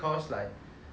err